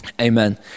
Amen